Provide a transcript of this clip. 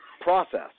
process